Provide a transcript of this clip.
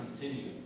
continue